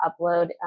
upload